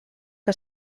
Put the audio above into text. que